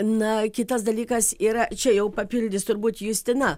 na kitas dalykas yra čia jau papildys turbūt justina